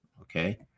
okay